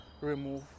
remove